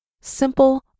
simple